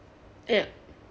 ya